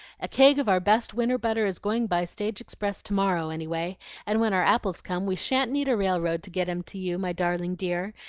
a keg of our best winter butter is going by stage express to-morrow anyway and when our apples come, we shan't need a railroad to get em to you, my darling dear,